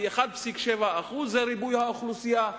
כי 1.7% זה ריבוי האוכלוסייה,